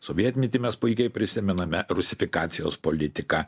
sovietmetį mes puikiai prisimename rusifikacijos politiką